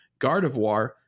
Gardevoir